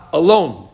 alone